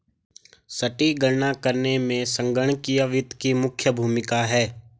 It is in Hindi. सटीक गणना करने में संगणकीय वित्त की मुख्य भूमिका है